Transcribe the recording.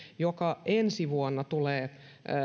joka ensi vuonna tulee